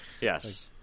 Yes